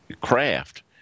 craft